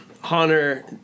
Hunter